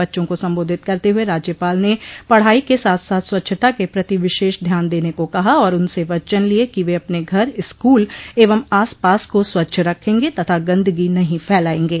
बच्चों को सम्बोधित करते हुए राज्यपाल ने पढ़ाई के साथ साथ स्वच्छता के प्रति विशेष ध्यान देने को कहा और उनसे वचन लिए कि वे अपने घर स्कूल एवं आस पास को स्वच्छ रखेंगे तथा गंदगी नहीं फैलाएंगे